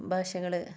ഭാഷകള്